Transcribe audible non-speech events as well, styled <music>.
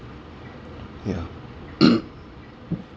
ya <coughs>